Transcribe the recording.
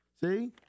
See